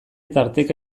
tarteka